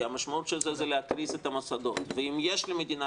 כי המשמעות של זה היא להקריס את המוסדות ואם יש למדינה